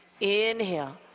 Inhale